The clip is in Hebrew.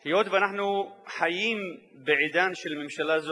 היות שאנחנו חיים בעידן של ממשלה זאת,